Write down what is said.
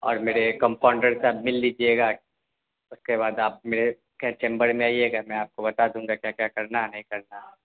اور میرے کمپاؤنڈر سے آب مل لیجیے گا اس کے بعد آپ میرے کیئر چیمبر میں آئیے گا میں آپ کو بتا دوں گا کیا کیا کرنا ہے نہیں کرنا ہے